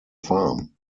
farm